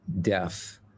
death